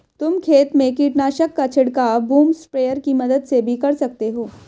तुम खेत में कीटनाशक का छिड़काव बूम स्प्रेयर की मदद से भी कर सकते हो